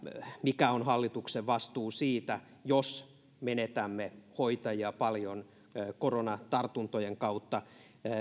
mikä on hallituksen vastuu siitä jos menetämme hoitajia paljon koronatartuntojen kautta